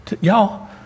Y'all